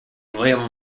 william